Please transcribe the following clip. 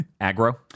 aggro